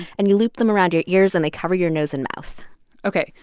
and you loop them around your ears and they cover your nose and mouth ok.